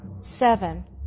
seven